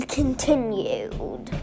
continued